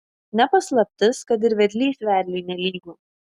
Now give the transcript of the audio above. ne paslaptis kad ir vedlys vedliui nelygu